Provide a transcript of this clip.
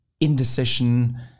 indecision